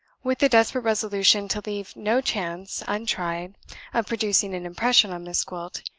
with the desperate resolution to leave no chance untried of producing an impression on miss gwilt,